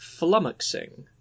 flummoxing